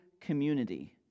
community